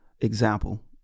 example